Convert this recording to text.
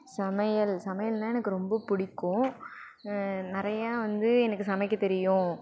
சமையல் சமையல்னால் எனக்கு ரொம்ப பிடிக்கும் நிறையா வந்து எனக்கு சமைக்க தெரியும்